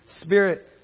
Spirit